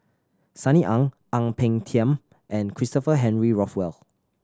Sunny Ang Ang Peng Tiam and Christopher Henry Rothwell